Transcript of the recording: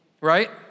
Right